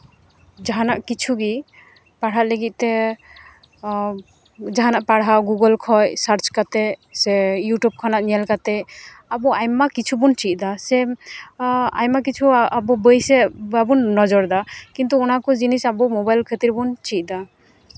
ᱡᱟᱦᱟᱱᱟᱜ ᱠᱤᱪᱷᱩ ᱜᱮ ᱯᱟᱲᱦᱟᱜ ᱞᱟᱹᱜᱤᱫ ᱛᱮ ᱡᱟᱦᱟᱱᱟᱜ ᱯᱟᱲᱦᱟᱣ ᱜᱩᱜᱳᱞ ᱠᱷᱚᱡ ᱥᱟᱨᱪ ᱠᱟᱛᱮ ᱥᱮ ᱤᱭᱩᱴᱩᱵᱽ ᱠᱷᱚᱱᱟᱜ ᱧᱮᱞ ᱠᱟᱛᱮ ᱟᱵᱚ ᱟᱭᱢᱟ ᱠᱤᱪᱷᱩ ᱵᱚᱱ ᱪᱮᱫ ᱫᱟ ᱥᱮ ᱟᱭᱢᱟ ᱠᱤᱪᱷᱩ ᱟᱵᱚ ᱵᱳᱭ ᱥᱮᱫ ᱵᱟᱵᱚ ᱱᱚᱡᱚᱨᱫᱟ ᱠᱤᱱᱛᱩ ᱚᱱᱟᱠᱚ ᱡᱤᱱᱤᱥ ᱟᱵᱚ ᱢᱳᱵᱟᱭᱤᱞ ᱠᱷᱟᱹᱛᱤᱨ ᱵᱚᱱ ᱪᱮᱫ ᱮᱫᱟ